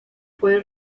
puede